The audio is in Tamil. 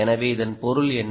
எனவே இதன் பொருள் என்ன